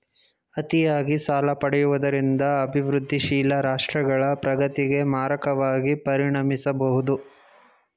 ಅತಿಯಾಗಿ ಸಾಲ ಪಡೆಯುವುದರಿಂದ ಅಭಿವೃದ್ಧಿಶೀಲ ರಾಷ್ಟ್ರಗಳ ಪ್ರಗತಿಗೆ ಮಾರಕವಾಗಿ ಪರಿಣಮಿಸಬಹುದು